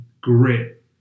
grit